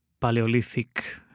Paleolithic